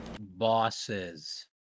Bosses